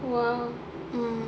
!wow!